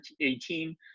2018